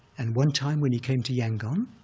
and one time, when he came to yangon,